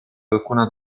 alcuna